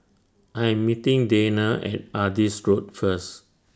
I Am meeting Dana At Adis Road First